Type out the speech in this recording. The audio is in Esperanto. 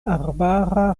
arbara